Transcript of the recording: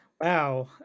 Wow